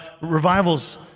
revivals